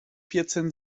vierzehn